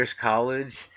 college